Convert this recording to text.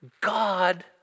God